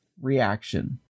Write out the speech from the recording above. reaction